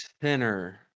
center